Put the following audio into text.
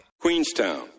Queenstown